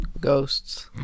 ghosts